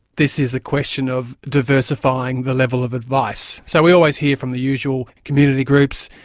this is a question of diversifying the level of advice. so we always hear from the usual community groups,